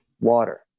Water